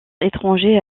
étrangers